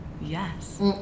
yes